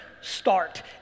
start